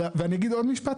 ואני אגיד עוד משפט,